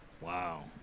Wow